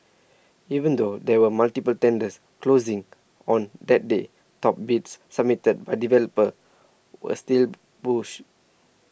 even though there were multiple tenders closings on that day top bids submitted by developers were still bullish